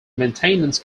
maintenance